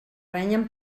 renyen